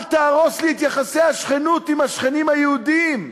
אל תהרוס לי את יחסי השכנות עם השכנים היהודים.